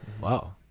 wow